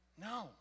No